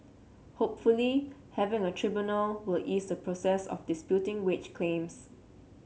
hopefully having a tribunal will ease the process of disputing wage claims